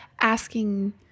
asking